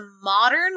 modern